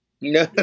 No